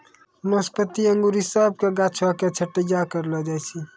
नाशपाती अंगूर इ सभ के गाछो के छट्टैय्या करलो जाय छै